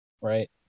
right